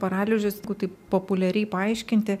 paralyžius taip populiariai paaiškinti